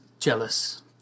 jealous